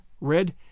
red